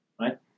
right